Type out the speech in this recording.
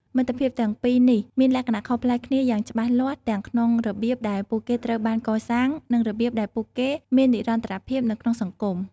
មិត្តភាពទាំងពីរនេះមានលក្ខណៈខុសប្លែកគ្នាយ៉ាងច្បាស់លាស់ទាំងក្នុងរបៀបដែលពួកគេត្រូវបានកសាង និងរបៀបដែលពួកគេមាននិរន្តរភាពនៅក្នុងសង្គម។